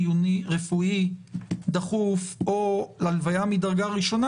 רפואי חיוני דחוף או הלוויה של קרוב משפחה מדרגה ראשונה